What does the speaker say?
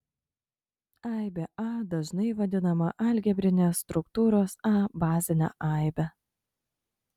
aibė a dažnai vadinama algebrinės struktūros a bazine aibe